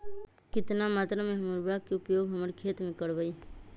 कितना मात्रा में हम उर्वरक के उपयोग हमर खेत में करबई?